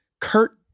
Kurt